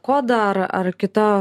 kodą ar ar kita